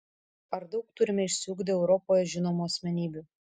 ar daug turime išsiugdę europoje žinomų asmenybių